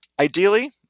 Ideally